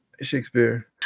Shakespeare